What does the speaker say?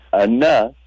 enough